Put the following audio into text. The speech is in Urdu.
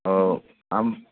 اور ہم